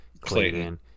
Clayton